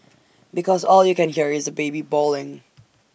because all you can hear is the baby bawling